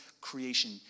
creation